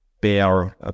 bear